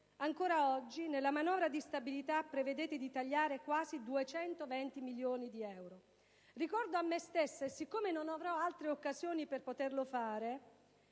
Ancora oggi, nella manovra di stabilità prevedete di tagliare quasi 220 milioni di euro. Ricordo a me stessa, poiché non avrò altre occasioni per poterlo fare,